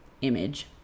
image